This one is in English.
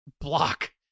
block